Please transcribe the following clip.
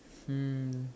um